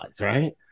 right